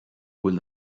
bhfuil